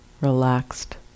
relaxed